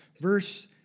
Verse